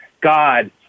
God